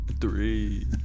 Three